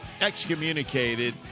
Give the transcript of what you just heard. excommunicated